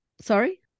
Sorry